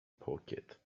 pocket